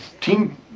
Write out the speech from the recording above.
team